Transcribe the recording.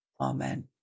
Amen